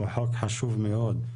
שהוא חוק חשוב מאוד,